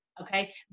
okay